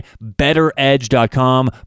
betteredge.com